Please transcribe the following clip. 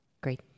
Great